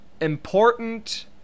important